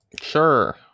Sure